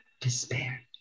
despair